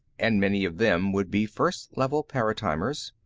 and many of them would be first level paratimers.